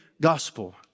gospel